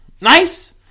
Nice